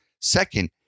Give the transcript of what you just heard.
Second